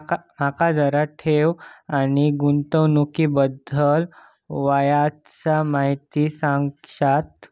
माका जरा ठेव आणि गुंतवणूकी बद्दल वायचं माहिती सांगशात?